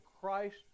Christ